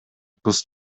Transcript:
кыз